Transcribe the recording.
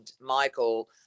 Michael